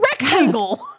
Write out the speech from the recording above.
rectangle